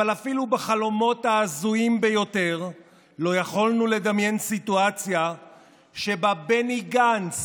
אפילו בחלומות ההזויים ביותר לא יכולנו לדמיין סיטואציה שבה בני גנץ